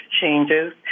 changes